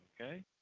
okay